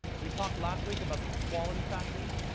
we talked last week about these quality factors,